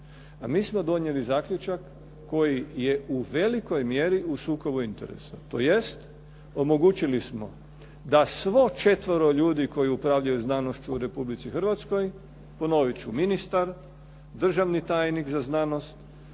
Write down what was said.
A mi smo donijeli zaključak koji je u velikoj mjeri u sukobu interesa. Tj. omogućili smo da svo četvero ljudi koji upravljaju znanošću u Republici Hrvatskoj ponoviti ću ministar, državni tajnik za znanost,